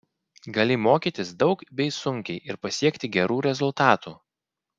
gali mokytis daug bei sunkiai ir pasiekti gerų rezultatų